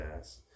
ass